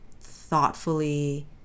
thoughtfully